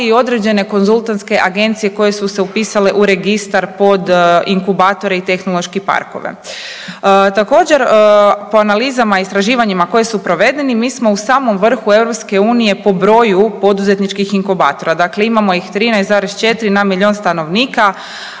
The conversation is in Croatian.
i određene konzultantske agencije koje su se upisale u registar pod inkubatore i tehnološke parkove. Također po analizama i istraživanjima koje su provedeni, mi smo u samom vrhu EU po broju poduzetničkih inkubatora, dakle imamo ih 13,4 na milijun stanovnika.